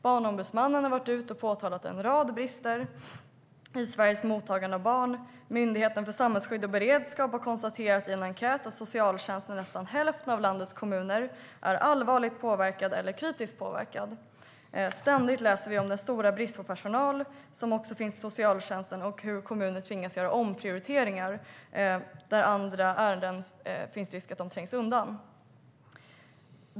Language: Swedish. Barnombudsmannen har påtalat en rad brister i Sveriges mottagande av barn. Myndigheten för samhällsskydd och beredskap har i en enkät konstaterat att socialtjänsten i nästan hälften av landets kommuner är allvarligt påverkad eller kritiskt påverkad. Vi läser ständigt om den stora bristen på personal i socialtjänsten och hur kommuner tvingas göra omprioriteringar, och det finns risk att andra ärenden trängs undan.